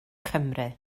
cymru